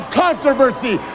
controversy